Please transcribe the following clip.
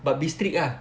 but be strict ah